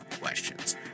questions